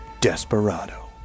Desperado